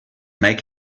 make